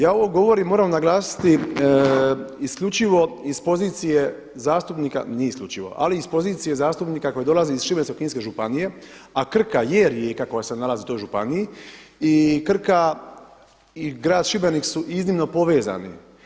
Ja ovo govorim, moram naglasiti isključivo iz pozicije zastupnika, nije isključivo ali iz pozicije zastupnika koji dolazi iz Šibensko-kninske županije a Krka je rijeka koja se nalazi u toj županiji i Krka i grad Šibenik su iznimno povezani.